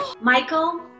Michael